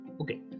okay